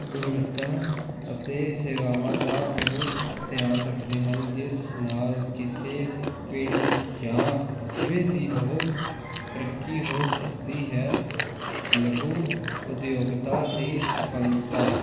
ਗੁਣਵੱਤਾ ਅਤੇ ਸੇਵਾਵਾਂ ਦਾ ਬਹੁਤ ਧਿਆਨ ਰੱਖਦੇ ਹਨ ਜਿਸ ਨਾਲ ਕਿਸੇ ਪਿੰਡ ਜਾਂ ਕਸਬੇ ਦੀ ਬਹੁਤ ਤਰੱਕੀ ਹੋ ਸਕਦੀ ਹੈ ਲਘੂ ਉਦਯੋਗਤਾ ਦੀ ਸਫਲਤਾ